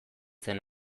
zen